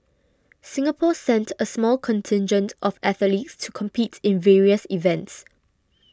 singapore sent a small contingent of athletes to compete in various events